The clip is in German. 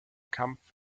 kampf